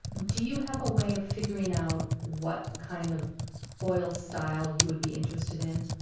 do you have a way of figuring out what kind of oil style you would be interested in?